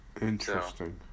interesting